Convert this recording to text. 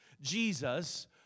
Jesus